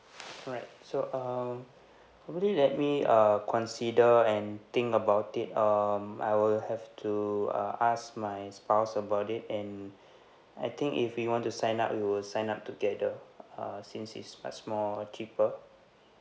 alright so um probably let me uh consider and think about it um I will have to uh ask my spouse about it and I think if we want to sign up we will sign up together uh since it's much more cheaper